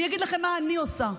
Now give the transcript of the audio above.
אני אגיד לכם מה אני עושה,